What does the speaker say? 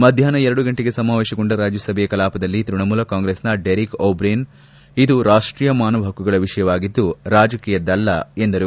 ಮಧ್ಯಾಹ್ನ ಎರಡು ಗಂಟೆಗೆ ಸಮಾವೇಶಗೊಂಡ ರಾಜ್ಯಸಭೆಯ ಕಲಾಪದಲ್ಲಿ ತೃಣಮೂಲ ಕಾಂಗ್ರೆಸ್ನ ಡೆರಿಕ್ ಓಬ್ರಿನ್ ಇದು ರಾಷ್ಟೀಯ ಮಾನವ ಹಕ್ಕುಗಳ ವಿಷಯವಾಗಿದ್ದು ರಾಜಕೀಯದ್ದಲ್ಲ ಎಂದರು